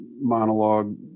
monologue